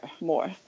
more